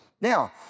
Now